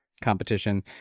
competition